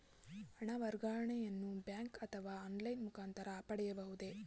ಹಣ ವರ್ಗಾವಣೆಯನ್ನು ಬ್ಯಾಂಕ್ ಅಥವಾ ಆನ್ಲೈನ್ ಮುಖಾಂತರ ಮಾಡಬಹುದೇ?